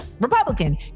Republican